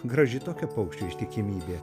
graži tokia paukščių ištikimybė